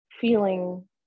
feeling